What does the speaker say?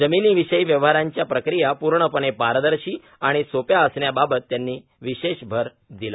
जमीन विषयी व्यवहारांच्या प्रक्रिया पूर्णपणे पारदर्शी आणि सोप्या असण्याबाबत त्यांनी विशेष भर दिला